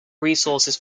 resources